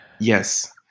Yes